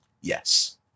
Yes